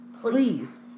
Please